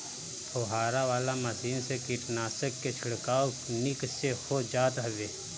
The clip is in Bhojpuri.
फुहारा वाला मशीन से कीटनाशक के छिड़काव निक से हो जात हवे